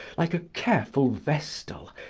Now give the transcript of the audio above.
like a careful vestal,